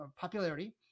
popularity